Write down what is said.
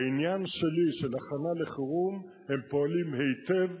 בעניין שלי, של הכנה לחירום, הם פועלים היטב.